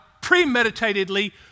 premeditatedly